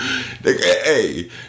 Hey